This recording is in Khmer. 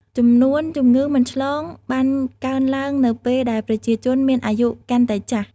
ចំនួនជំងឺមិនឆ្លងបានកើនឡើងនៅពេលដែលប្រជាជនមានអាយុកាន់តែចាស់។